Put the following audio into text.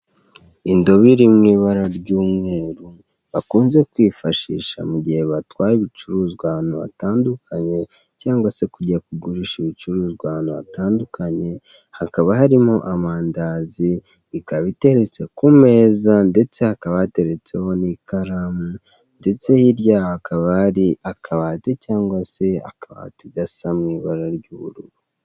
Indobo iri mu ibara ry'umweru, bakunze kwifashisha mu gihe batwaye ibicuruzwa ahantu hatandukanye, cyangwa se kujya kugurisha ibicuruzwa ahantu hatandukanye, hakaba harimo amandazi, ikaba iteretse ku meza, ndetse hakaba yateretseho n'ikaramu, ndetse hirya yaho hakaba hari akabati cyangwa se akabati gasa mu ibara ry'ubururu.